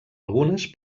algunes